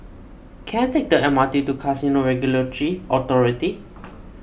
can I take the M R T to Casino Regulatory Authority